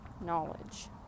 knowledge